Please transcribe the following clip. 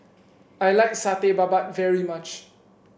I like Satay Babat very much